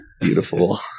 Beautiful